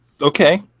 okay